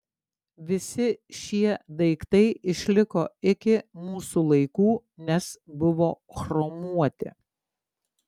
visi šie daiktai išliko iki mūsų laikų nes buvo chromuoti